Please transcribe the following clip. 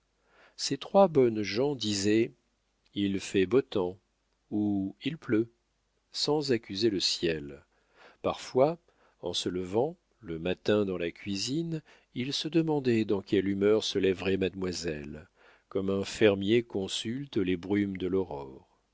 ces trois bonnes gens disaient il fait beau temps ou il pleut sans accuser le ciel parfois en se levant le matin dans la cuisine ils se demandaient dans quelle humeur se lèverait mademoiselle comme un fermier consulte les brumes de l'aurore